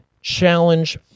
challenge